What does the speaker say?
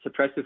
suppressive